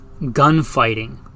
gunfighting